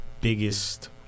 biggest